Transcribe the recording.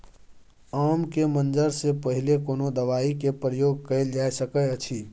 आम के मंजर से पहिले कोनो दवाई के प्रयोग कैल जा सकय अछि?